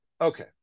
Okay